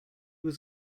was